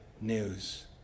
news